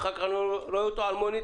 ואז רואה אותו שוב על מונית,